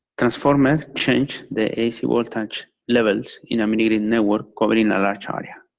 transformer change the ac voltage levels in a mini-grid network covering a large area.